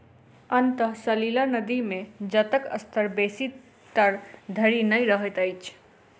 अंतः सलीला नदी मे जलक स्तर बेसी तर धरि नै रहैत अछि